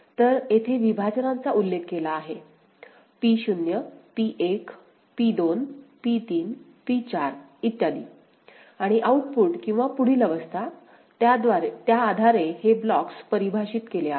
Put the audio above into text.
तर येथे विभाजनांचा उल्लेख केला आहे P0 P1 P2 P3 P4 इत्यादी आणि आउटपुट किंवा पुढील अवस्था त्या आधारे हे ब्लॉक्स परिभाषित केले आहेत